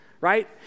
right